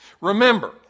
Remember